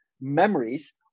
memories